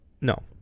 no